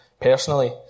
personally